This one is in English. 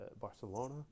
Barcelona